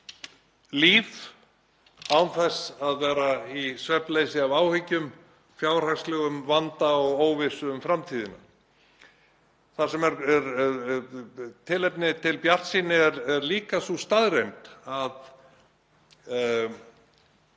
líf án þess að vera í svefnleysi af áhyggjum, fjárhagslegum vanda og óvissu um framtíðina. Það sem gefur líka tilefni til bjartsýni er sú staðreynd að